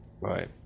Right